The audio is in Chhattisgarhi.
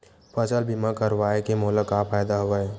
फसल बीमा करवाय के मोला का फ़ायदा हवय?